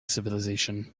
civilization